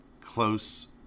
close